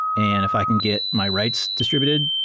and if i can get my writes distributed,